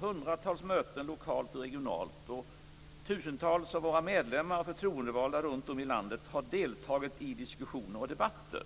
hundratals möten lokalt och regionalt, och tusentals av våra medlemmar och förtroendevalda runt om i landet har deltagit i diskussioner och debatter.